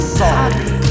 sorry